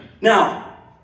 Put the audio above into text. Now